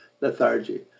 lethargy